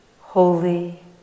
holy